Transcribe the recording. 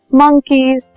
monkeys